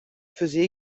faisait